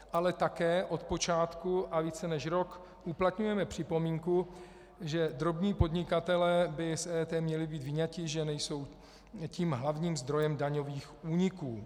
Ale také od počátku a více než rok uplatňujeme připomínku, že drobní podnikatelé by měli být vyňati, že nejsou hlavním zdrojem daňových úniků.